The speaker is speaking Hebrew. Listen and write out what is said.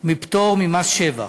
מפטור ממס שבח,